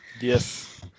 Yes